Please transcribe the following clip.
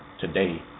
today